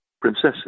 princesses